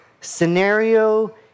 scenario